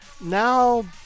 now